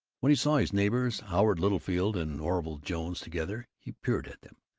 when he saw his neighbors howard littlefield and orville jones together, he peered at them,